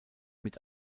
mit